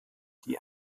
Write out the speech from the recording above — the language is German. die